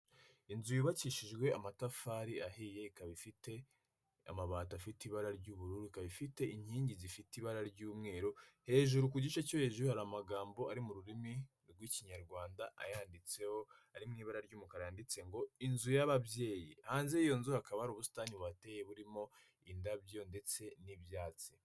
Inzu yubakishijwe amatafari ahiye ikaba ifite amabati afite ibara ry'ubururu rifite inkingi zifite ibara ry'umweru hejuru ku gice cyo hejuru hari amagambo ari mu rurimi rw'ikinyarwanda ayanditseho ari mu ibara ry'umukara yanditse ngo inzu y'ababyeyi hanze y'iyo nzu hakaba ari ubusitani buhateye burimo indabyo ndetse n'ibyatsi.